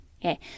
okay